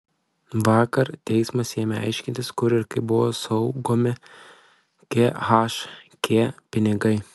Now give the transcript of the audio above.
vakar teismas ėmė aiškintis kur ir kaip buvo saugomi khk pinigai